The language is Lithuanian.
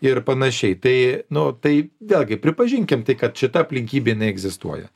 ir panašiai tai nu tai vėlgi pripažinkim tai kad šita aplinkybė jinai egzistuoja